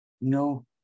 No